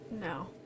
No